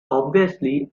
obviously